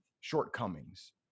shortcomings